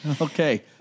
Okay